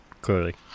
clearly